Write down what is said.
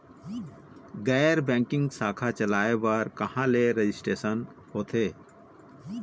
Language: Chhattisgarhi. गैर बैंकिंग शाखा चलाए बर कहां ले रजिस्ट्रेशन होथे?